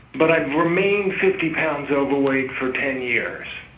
but i've remained fifty pounds overweight for ten years.